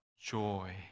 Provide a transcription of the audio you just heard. joy